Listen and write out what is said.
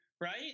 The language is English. right